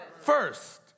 First